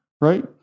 right